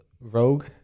rogue